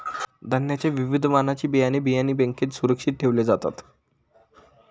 धान्याच्या विविध वाणाची बियाणे, बियाणे बँकेत सुरक्षित ठेवले जातात